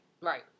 Right